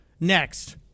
next